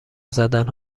زدن